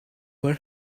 where